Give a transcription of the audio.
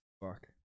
fuck